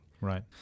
Right